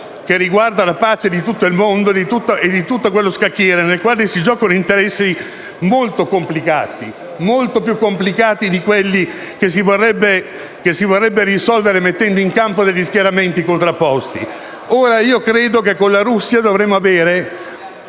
riguarda la pace di tutto il mondo e di tutto lo scacchiere, nel quale si giocano interessi molto complicati, molto più complicati di quelli che si vorrebbero risolvere mettendo in campo schieramenti contrapposti. Dovremmo portare l'Europa ad avere